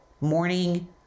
morning